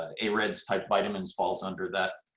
ah areds type vitamins falls under that